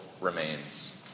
remains